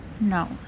No